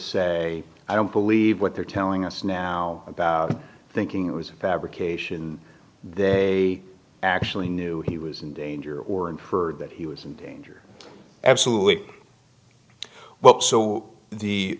say i don't believe what they're telling us now about thinking it was a fabrication they actually knew he was in danger or inferred that he was in danger absolutely what so the